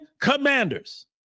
Commanders